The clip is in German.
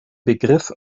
begriff